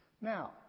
Now